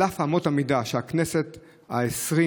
על אף אמות המידה שהכנסת העשרים